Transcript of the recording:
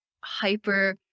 hyper